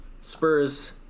Spurs